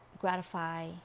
Gratify